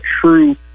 true